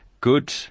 Good